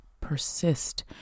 persist